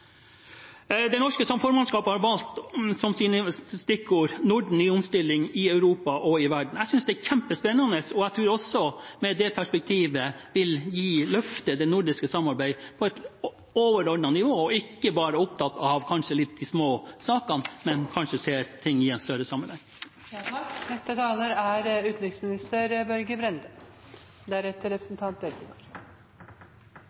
Det norske formannskapet har valgt som stikkord Norden i omstilling i Europa og i verden. Jeg synes det er kjempespennende, og jeg tror også at med det perspektivet vil vi løfte det nordiske samarbeid til et overordnet nivå – at en ikke bare er opptatt av de kanskje litt små sakene, men kanskje ser ting i en større